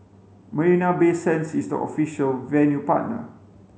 Marina Bay Sands is the official venue partner